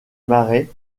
marais